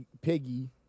Piggy